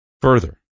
Further